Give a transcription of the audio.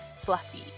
fluffy